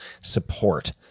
support